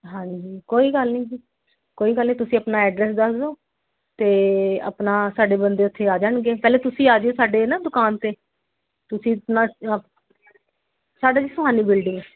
ਹਾਂਜੀ ਕੋਈ ਗੱਲ ਨਹੀਂ ਜੀ ਕੋਈ ਗੱਲ ਨਹੀਂ ਤੁਸੀਂ ਆਪਣਾ ਐਡਰੈੱਸ ਦੱਸ ਦਿਓ ਅਤੇ ਆਪਣਾ ਸਾਡੇ ਬੰਦੇ ਉੱਥੇ ਆ ਜਾਣਗੇ ਪਹਿਲੇ ਤੁਸੀਂ ਆ ਜਿਓ ਸਾਡੇ ਨਾ ਦੁਕਾਨ 'ਤੇ ਤੁਸੀਂ ਸਾਡੇ ਜੀ ਸੁਹਾਣੀ ਬਿਲਡਿੰਗ